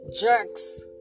jerks